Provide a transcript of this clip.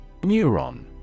Neuron